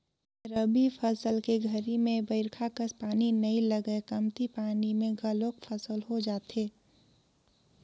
रबी फसल के घरी में बईरखा कस पानी नई लगय कमती पानी म घलोक फसल हो जाथे